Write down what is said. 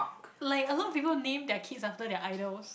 like a lot of people name their kids after their idols